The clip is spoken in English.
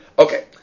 Okay